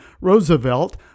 Roosevelt